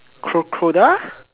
crocodile